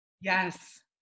Yes